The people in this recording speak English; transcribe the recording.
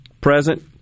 present